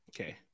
Okay